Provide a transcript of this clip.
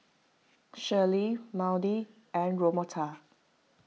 Shirleen Maude and Roberta